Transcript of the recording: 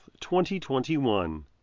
2021